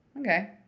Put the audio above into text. Okay